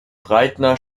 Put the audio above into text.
breitner